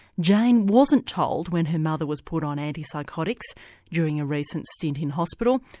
jane wasn't told when her mother was put on antipsychotics during a recent stint in hospital,